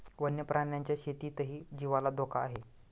वन्य प्राण्यांच्या शेतीतही जीवाला धोका आहे